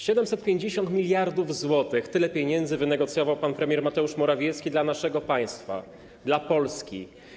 750 mld zł - tyle pieniędzy wynegocjował pan premier Morawiecki dla naszego państwa, dla Polski.